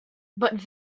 but